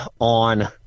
on